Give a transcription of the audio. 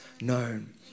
known